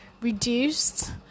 reduced